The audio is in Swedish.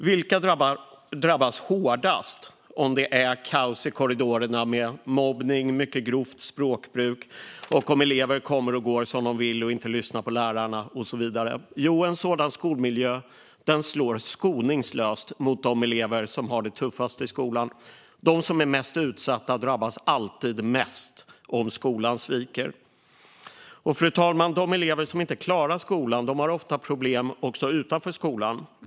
Vilka drabbas hårdast om det är kaos i korridorerna, med mobbning och mycket grovt språkbruk, och om elever kommer och går som de vill, inte lyssnar på lärarna och så vidare? En sådan skolmiljö slår skoningslöst mot de elever som har det tuffast i skolan. De som är mest utsatta drabbas alltid mest om skolan sviker. Fru talman! De elever som inte klarar skolan har ofta problem också utanför skolan.